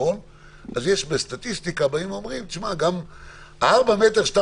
אז בסטטיסטיקה אומרים גם 4 מטר שאתה